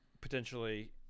potentially